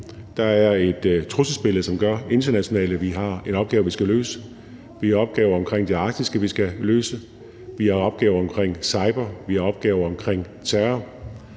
trusselsbillede, som gør, at vi har en opgave, vi skal løse. Vi har opgaver i det arktiske, vi skal løse. Vi har opgaver omkring cyber, vi har opgaver omkring terror.